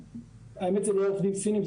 האמת זה לא עובדים סינים,